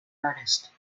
artist